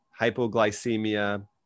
hypoglycemia